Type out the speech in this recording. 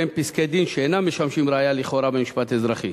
והם פסקי-דין שאינם משמשים ראיה לכאורה במשפט אזרחי: